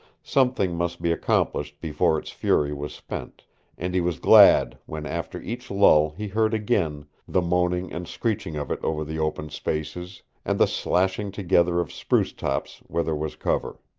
something must be accomplished before its fury was spent and he was glad when after each lull he heard again the moaning and screeching of it over the open spaces, and the slashing together of spruce tops where there was cover.